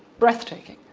breathtaking.